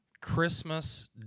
Christmas